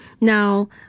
Now